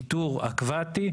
ניתור אקווטי,